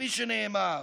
כפי שנאמר,